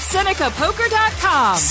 SenecaPoker.com